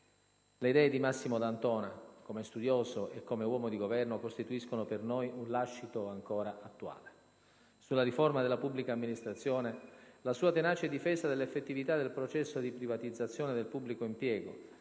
Le idee di Massimo D'Antona, come studioso e come uomo di governo, costituiscono, per noi, un lascito ancora attuale. Sulla riforma della pubblica amministrazione, la sua tenace difesa dell'effettività del processo di privatizzazione del pubblico impiego,